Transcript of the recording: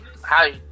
Hi